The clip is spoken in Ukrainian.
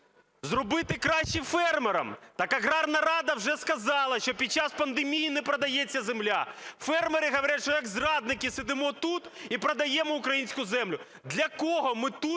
Зробити краще фермерам? Так аграрна рада вже сказала, що під час пандемії не продається земля. Фермери говорять, що, як зрадники, сидимо тут і продаємо українську землю. Для кого ми тут